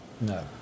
No